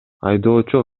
айдоочу